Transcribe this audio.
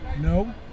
No